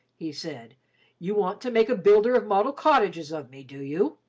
he said you want to make a builder of model cottages of me, do you?